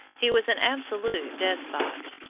he was an absolute despot.